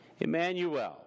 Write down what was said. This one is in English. Emmanuel